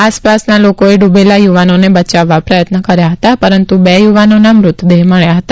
આસપાસના લોકોએ ડૂબેલા યુવાનોને બચાવવા પ્રયત્ન કર્યા હતા પરંતુ બે યુવાનોના મૃતદેહહ મળ્યા હતા